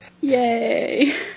Yay